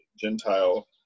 Gentile